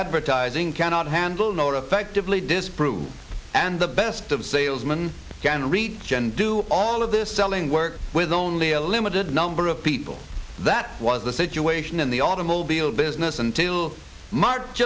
advertising cannot handle nor effectively disprove and the best of salesman can read gen do all of this selling work with only a limited number of people that was the situation in the automobile business until march